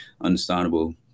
understandable